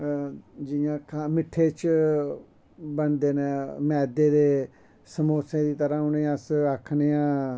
जियां मिट्ठे च बनदे नै मैद्दे दे समोसे दी तरां उनें ई अस आखने आं